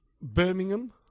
Birmingham